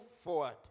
forward